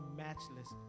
matchless